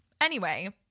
anyway-